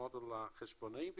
החשבונאית לקרן,